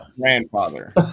grandfather